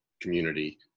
community